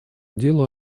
делу